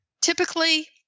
Typically